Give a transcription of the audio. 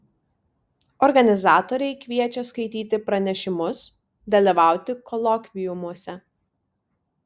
organizatoriai kviečia skaityti pranešimus dalyvauti kolokviumuose